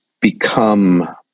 become